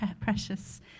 precious